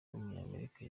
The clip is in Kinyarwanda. w’umunyamerika